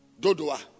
Dodoa